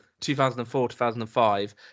2004-2005